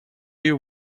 you